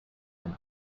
and